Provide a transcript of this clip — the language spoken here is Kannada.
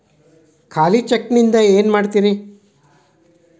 ಖಾಲಿ ಚೆಕ್ ನಿಂದ ಏನ ಮಾಡ್ತಿರೇ?